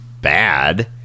bad